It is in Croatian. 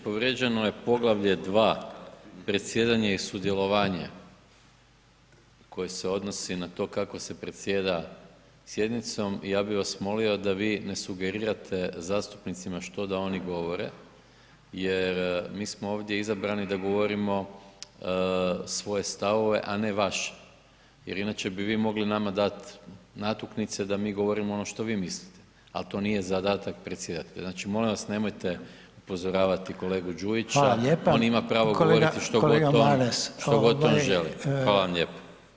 Povrijeđeno je poglavlje 2. predsjedanje i sudjelovanje koje se odnosi na to kako se predsjeda sjednicom i ja bi vas molio da vi ne sugerirate zastupnicima što da oni govore jer mi smo ovdje izabrani da govorimo svoje stavove, a ne vaše jer inače bi vi mogli nama dat natuknice da mi govorimo ono što vi mislite, al to nije zadatak predsjedatelja, znači, molim vas nemojte upozoravati kolegu Đujića [[Upadica: Hvala vam lijepa]] on ima pravo govoriti što god on želi [[Upadica: Kolega, kolega Maras…]] Hvala vam lijepo.